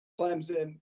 Clemson